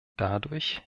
dadurch